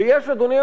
אדוני היושב-ראש,